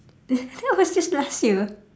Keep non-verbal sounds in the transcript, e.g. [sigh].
[laughs] that was just last year